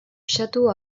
château